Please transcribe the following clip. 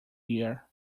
year